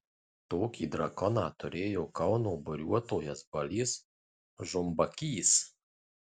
tokį drakoną turėjo kauno buriuotojas balys žumbakys